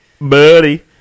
Buddy